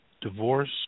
Divorce